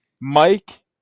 Mike